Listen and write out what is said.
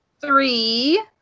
three